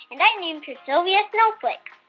and i named her sylvia snowflake.